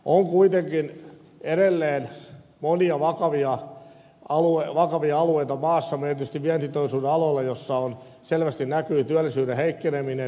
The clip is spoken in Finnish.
on kuitenkin edelleen monia vakavia a alueella ja uurtavaa some alueita maassamme erityisesti vientiteollisuuden aloilla joilla selvästi näkyy työllisyyden heikkeneminen